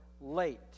late